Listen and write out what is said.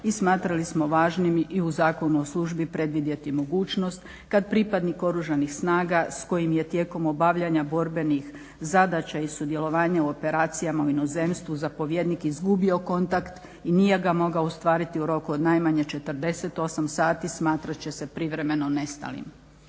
i smatrali smo važnim i u zakonu u službi predvidjeti mogućnost kad pripadnik oružanih snaga s kojim je tijekom obavljanja borbenih zadaća i sudjelovanja u operacijama u inozemstvu zapovjednik izgubio kontakt i nije ga mogao ostvariti u roku od najmanje 48 sati smatrat će se privremeno nestalim.